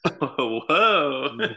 Whoa